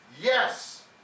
Yes